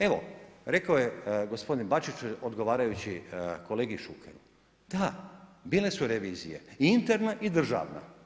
Evo, rekao je gospodin Bačić, odgovarajući kolegi Šukeru, da, bile su revizije i interna i državna.